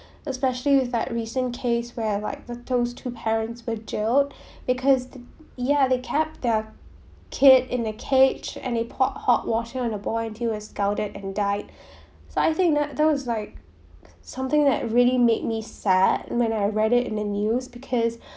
especially with that recent case where like the those two parents were jailed because ya they kept their kid in a cage and they poured hot water on the boy until he scalded and died so I think that that was like something that really made me sad when I read it in the news because